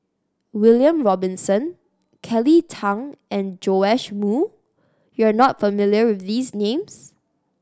William Robinson Kelly Tang and Joash Moo you are not familiar with these names